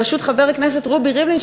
בראשות חבר הכנסת רובי ריבלין,